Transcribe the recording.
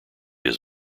his